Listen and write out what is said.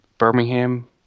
Birmingham